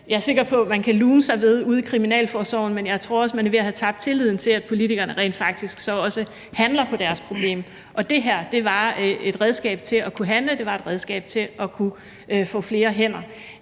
jeg er sikker på man kan lune sig ved ude i kriminalforsorgen, men jeg tror også, at man er ved at have tabt tilliden til, at politikerne så rent faktisk også handler på de problemer, der er. Det her var et redskab til at kunne handle, det var et redskab til at kunne få flere hænder.